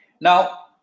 now